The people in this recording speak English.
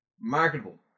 marketable